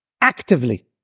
actively